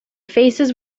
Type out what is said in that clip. faces